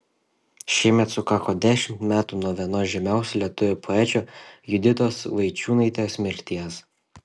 šiemet sukako dešimt metų nuo vienos žymiausių lietuvių poečių juditos vaičiūnaitės mirties